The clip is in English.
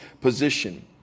position